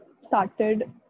started